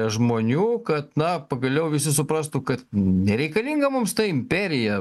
žmonių kad na pagaliau visi suprastų kad nereikalinga mums ta imperija